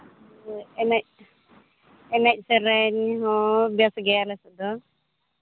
ᱮᱱᱮᱡᱼᱥᱮᱨᱮᱧ ᱦᱚᱸ ᱵᱮᱥ ᱜᱮᱭᱟ ᱟᱞᱮ ᱥᱮᱫ ᱫᱚ